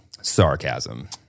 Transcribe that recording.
sarcasm